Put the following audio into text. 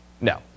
No